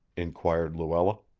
inquired luella.